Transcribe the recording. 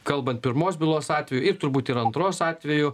kalbant pirmos bylos atveju ir turbūt ir antros atveju